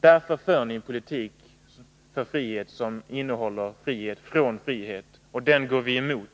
Därför för ni en politik för frihet, som innehåller frihet från frihet, och den går vi emot.